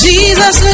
Jesus